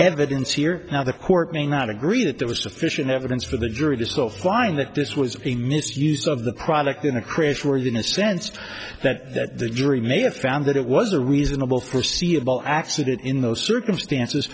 evidence here now the court may not agree that there was sufficient evidence for the jury this offline that this was a misuse of the product in a crash worthiness sense that the jury may have found that it was a reasonable forseeable accident in those circumstances